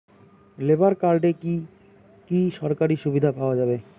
Labour কার্ডে কি কি সরকারি সুবিধা পাওয়া যাবে?